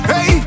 Hey